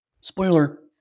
Spoiler